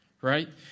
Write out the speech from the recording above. right